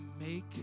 make